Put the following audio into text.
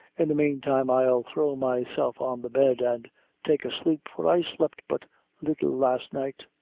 in the meantime, i'll throw myself on the bed, an' take a sleep, for i slept but little last night.